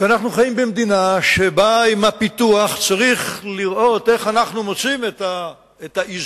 אנחנו חיים במדינה שבה עם הפיתוח צריך לראות איך אנחנו מוצאים את האיזון